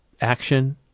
action